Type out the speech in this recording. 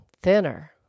thinner